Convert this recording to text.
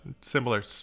similar